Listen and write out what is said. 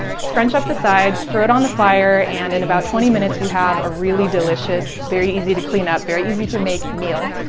scrunch up the sides, throw it on the fire, and in about twenty minutes you have a really delicious, very easy to clean up, very easy to make meal.